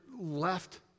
left